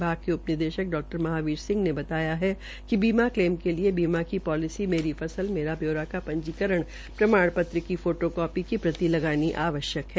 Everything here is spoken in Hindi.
विभाग के उपनिदेशक डॉ महावीर सिंह ने बताया कि बीमा क्लेम के लिए बीमा की पोलिसी मेरी फसल मेरा ब्यौरा का पंजीकरण प्रमाण पत्र की फोटो कापी की प्रति लानी आवश्यक है